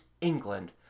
England